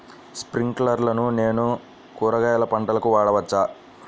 స్ప్రింక్లర్లను నేను కూరగాయల పంటలకు వాడవచ్చా?